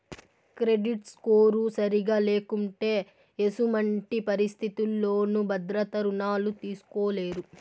credit score సరిగా లేకుంటే ఎసుమంటి పరిస్థితుల్లోనూ భద్రత రుణాలు తీస్కోలేరు